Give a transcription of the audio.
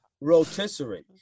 rotisserie